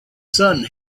sun